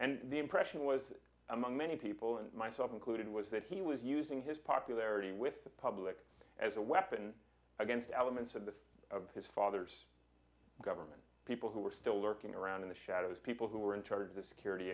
and the impression was among many people and myself included was that he was using his popularity with the public as a weapon against elements of the of his father's government people who were still lurking around in the shadows people who were in charge of security